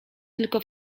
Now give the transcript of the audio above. tylko